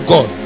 God